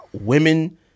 Women